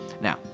Now